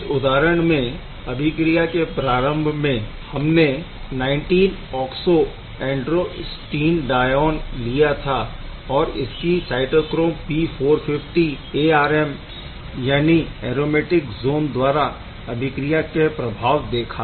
इस उदाहरण में अभिक्रिया के प्रारम्भ में हमने 19 ओक्सो ऐंड्रोस्टिनडाइऑन लिया था और इसकी cytochrome P450 arm aromatic zone द्वारा अभिक्रिया के प्रभाव देखा